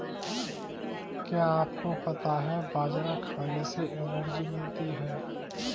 क्या आपको पता है बाजरा खाने से एनर्जी मिलती है?